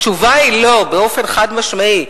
התשובה היא לא, באופן חד-משמעי.